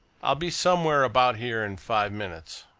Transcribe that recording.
i'll be somewhere about here in five minutes.